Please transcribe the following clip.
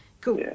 Cool